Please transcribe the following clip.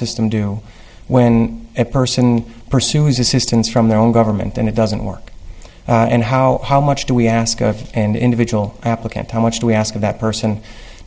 system do when a person pursues assistance from their own government and it doesn't work and how how much do we ask of an individual applicant how much do we ask that person